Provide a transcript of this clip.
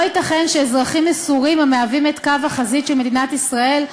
לא ייתכן שאזרחים מסורים המהווים את קו החזית של מדינת ישראל,